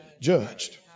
judged